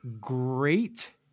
great